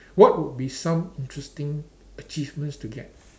what would be some interesting achievements to get